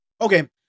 okay